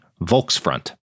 Volksfront